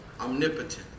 omnipotent